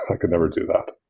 i could never do that.